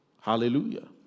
Hallelujah